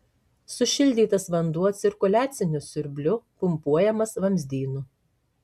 sušildytas vanduo cirkuliaciniu siurbliu pumpuojamas vamzdynu